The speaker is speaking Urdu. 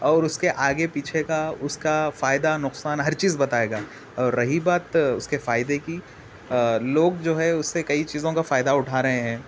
اور اس کے آگے پیچھے کا اس کا فائدہ نقصان ہر چیز بتائے گا اور رہی بات اس کے فائدے کی لوگ جو ہے اس سے کئی چیزوں کو فائدہ اٹھا رہے ہیں